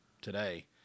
today